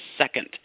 second